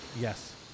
Yes